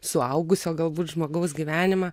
suaugusio galbūt žmogaus gyvenimą